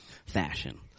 fashion